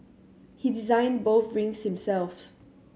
he designed both rings himself